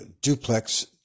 duplex